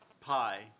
pie